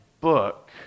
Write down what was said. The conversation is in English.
book